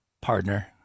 partner